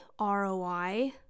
ROI